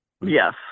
Yes